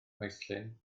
maesllyn